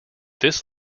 this